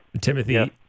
Timothy